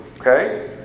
Okay